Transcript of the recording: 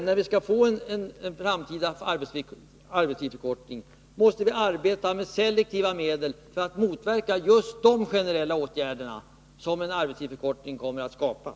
När vi skall få en framtida arbetstidsförkortning måste vi arbeta med selektiva medel för att motverka just de generella åtgärder som en arbetstidsförkortning kan ge upphov till.